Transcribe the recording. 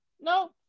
no